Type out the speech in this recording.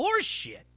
horseshit